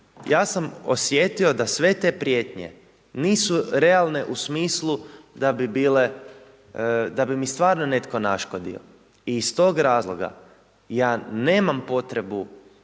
ja sam osjetio da sve te prijetnje nisu realne u smislu da bi mi stvarno netko naškodio i iz tog razloga ja nemam potrebu